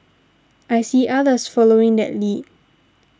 I see others following that lead